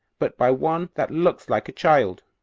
but by one that looks like a child,